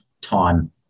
time